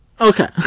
Okay